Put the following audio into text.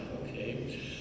okay